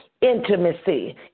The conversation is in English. intimacy